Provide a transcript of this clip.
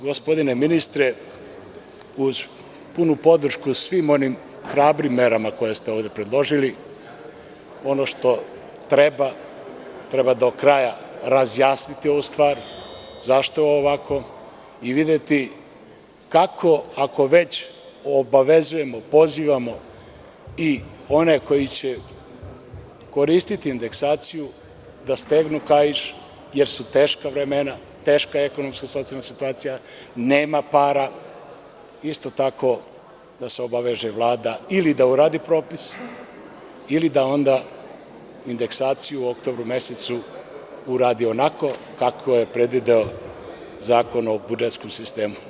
Gospodine ministre, uz podršku svim onim hrabrim merama koje ste ovde predložili, ono što treba, treba do kraja razjasniti ovu stvar, zašto je ovo ovako i videti kako, ako već obavezujemo, pozivamo i one koji će koristiti indeksaciju, da stegnu kaiš, jer su teška vremena, teška ekonomska, socijalna situacija, nema para, isto tako, da se obaveže Vlada ili da uradi propis ili da onda indeksaciju u oktobru mesecu uradi onako kako je predvideo Zakon o budžetskom sistemu.